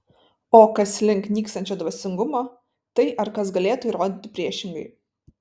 o kas link nykstančio dvasingumo tai ar kas galėtų įrodyti priešingai